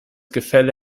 gefälle